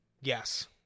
Yes